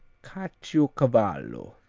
caciocavallo.